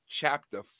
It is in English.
chapter